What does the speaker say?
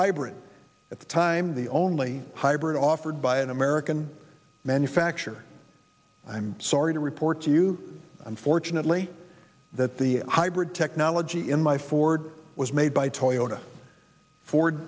hybrid at the time the only hybrid offered by an american manufacturer i'm sorry to report to you unfortunately that the hybrid technology in my ford was made by toyota for